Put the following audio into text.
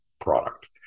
product